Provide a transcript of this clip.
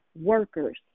workers